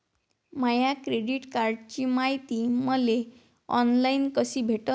माया credit कार्डची मायती मले ऑनलाईन कसी भेटन?